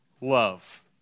love